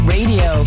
Radio